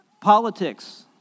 Politics